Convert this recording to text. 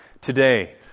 today